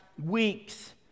weeks